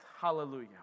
hallelujah